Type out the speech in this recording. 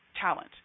talent